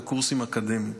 בקורסים אקדמיים.